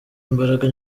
mbaraga